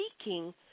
speaking